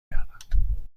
گردم